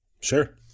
Sure